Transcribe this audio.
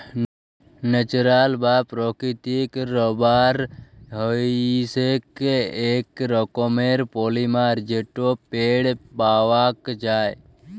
natural বা প্রাকৃতিক rubber হইসেক এক রকমের পলিমার যেটা পেড় পাওয়াক যায়